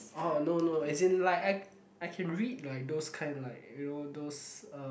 orh no as in like I I can read like those kind like you know those uh